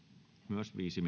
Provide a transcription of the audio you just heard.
myös viisi